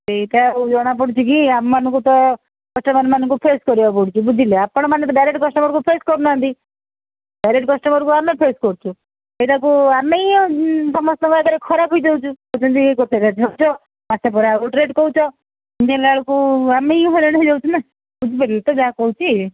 ସେଇଟା ଆଉ ଜଣା ପଡ଼ୁଛି କି ଆମମାନଙ୍କୁ ତ କଷ୍ଟମର୍ମାନଙ୍କୁ ଫେସ୍ କରିବାକୁ ପଡ଼ୁଛି ବୁଝିଲେ ଆପଣମାନେ ତ ଡାଇରେକ୍ଟ କଷ୍ଟମର୍କୁ ଫେସ୍ କରୁନାହାନ୍ତି ଡାଇରେକ୍ଟ କଷ୍ଟମର୍କୁ ଆମେ ଫେସ୍ କରୁଛୁ ସେଇଟାକୁ ଆମେ ହିଁ ସମସ୍ତଙ୍କ ଆଗରେ ଖରାପ ହୋଇଯାଉଛୁ କହୁଛନ୍ତି କି ଗୋଟେ ରେଟ୍ କହୁଛ ମାସେ ପରେ ଆଉ ଗୋଟେ ରେଟ୍ କହୁଛ ଏମିତି ହେଲାବେଳକୁ ଆମେ ହିଁ ହଇରାଣ ହୋଇଯାଉଛୁ ନା ବୁଝିପାରିଲେ ତ ଯାହା କହୁଛି